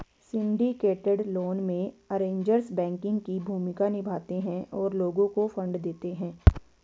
syndicated loan में, arrangers banking की भूमिका निभाते हैं और लोगों को फंड देते हैं